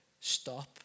stop